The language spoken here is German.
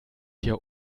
hier